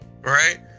right